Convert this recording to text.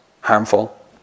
harmful